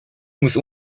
muss